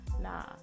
nah